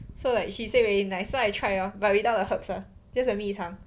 so like she say very nice so I try lor but without the herbs ah just the 蜜糖